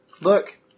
look